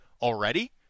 already